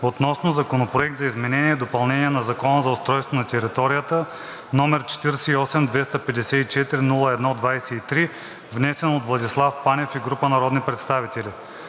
относно Законопроект за изменение и допълнение на Закона за устройство на територията, № 48-254-01-23, внесен от Владислав Панев и група народни представители